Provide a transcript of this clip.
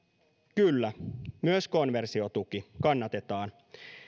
kyllä myös konversiotuki kannatetaan